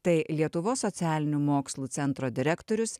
tai lietuvos socialinių mokslų centro direktorius